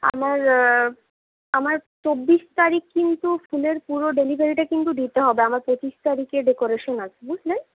আমার আমার চব্বিশ তারিখ কিন্তু ফুলের পুরো ডেলিভারিটা কিন্তু দিতে হবে আমার পঁচিশ তারিখে ডেকরেশন আছে বুঝলেন